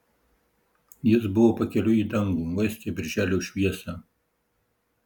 jis buvo pakeliui į dangų vaiskią birželio šviesą